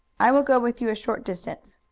i will go with you a short distance.